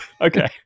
Okay